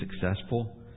successful